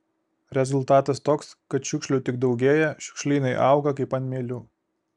rezultatas toks kad šiukšlių tik daugėja šiukšlynai auga kaip ant mielių